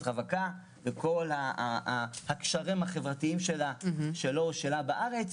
רווקה וכל הקשרים החברתיים שלהם בארץ.